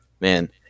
Man